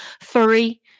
furry